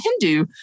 Hindu